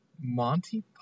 Monty